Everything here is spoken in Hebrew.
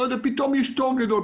פתאום יש תור גדול,